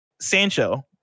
Sancho